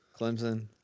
Clemson